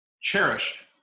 Cherish